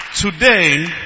Today